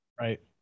Right